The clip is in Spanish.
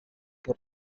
que